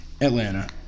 Atlanta